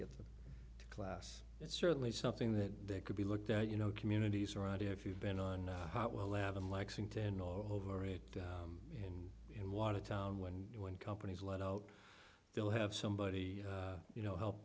get the class it's certainly something that could be looked at you know communities around if you've been on a hot well lavin lexington or over it and in watertown when when companies let out they'll have somebody you know help